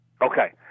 Okay